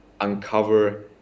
uncover